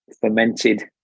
fermented